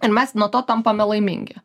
ir mes nuo to tampame laimingi